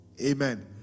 Amen